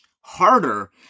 harder